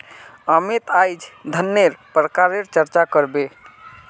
अमित अईज धनन्नेर प्रकारेर चर्चा कर बे